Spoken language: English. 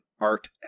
Art